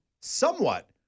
somewhat